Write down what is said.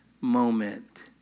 moment